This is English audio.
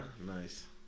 Nice